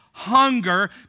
hunger